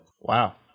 Wow